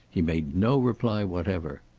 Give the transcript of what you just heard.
he made no reply whatever.